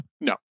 No